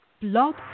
Blog